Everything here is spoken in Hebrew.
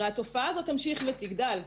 הרי התופעה הזאת תמשיך ותגדל,